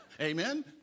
Amen